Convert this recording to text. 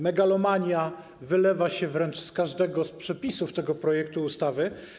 Megalomania wylewa się wręcz z każdego przepisu tego projektu ustawy.